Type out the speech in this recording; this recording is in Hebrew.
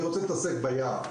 אני רוצה להתעסק בים,